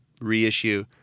reissue